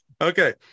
Okay